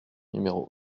numéros